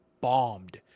bombed